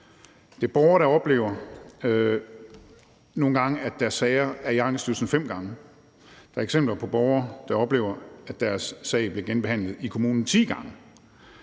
gange borgere, der oplever, at deres sager er i Ankestyrelsen fem gange, og der er eksempler på borgere, der oplever, at deres sag bliver genbehandlet i kommunen ti gange,